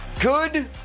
good